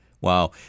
Wow